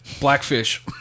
Blackfish